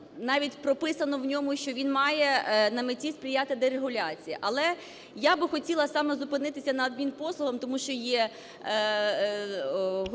навіть прописано в ньому, що він має на меті сприяти дерегуляції. Але я би хотіла саме зупинитися на адмінпослугах, тому що є головою